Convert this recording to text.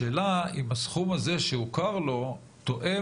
השאלה אם הסכום הזה שהוכר לו תואם,